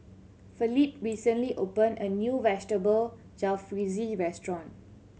Felipe recently opened a new Vegetable Jalfrezi Restaurant